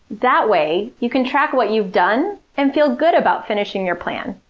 that way, you can track what you've done, and feel good about finishing your plan.